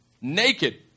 Naked